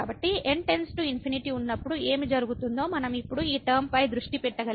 కాబట్టి n →∞ ఉన్నప్పుడు ఏమి జరుగుతుందో మనం ఇప్పుడు ఈ టర్మ పై దృష్టి పెట్టగలిగితే